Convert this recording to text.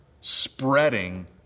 spreading